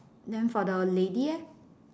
then for the lady leh